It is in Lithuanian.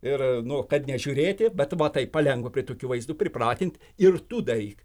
ir nu kad nežiūrėti bet va taip palengva prie tokių vaizdų pripratint ir tu daryk